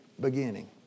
beginning